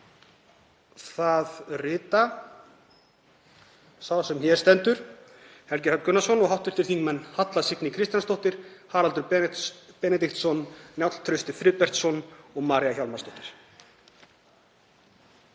það rita sá sem hér stendur, Helgi Hrafn Gunnarsson, og hv. þingmenn Halla Signý Kristjánsdóttir, Haraldur Benediktsson, Njáll Trausti Friðbertsson og María Hjálmarsdóttir.